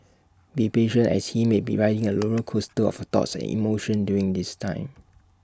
be patient as he may be riding A roller coaster of thoughts and emotions during this time